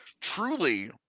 truly